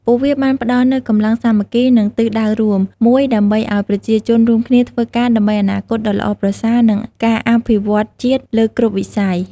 ពួកវាបានផ្តល់នូវ កម្លាំងសាមគ្គី និង ទិសដៅរួម មួយ ដើម្បីឲ្យប្រជាជនរួមគ្នាធ្វើការដើម្បី អនាគតដ៏ល្អប្រសើរ និង ការអភិវឌ្ឍន៍ជាតិ លើគ្រប់វិស័យ។